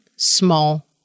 small